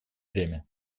время